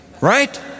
Right